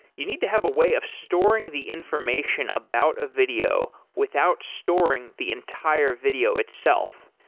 you need to have a way of storing the information about a video without storing the entire video itself.